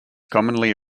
commonly